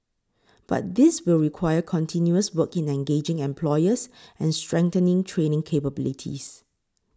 but this will require continuous work in engaging employers and strengthening training capabilities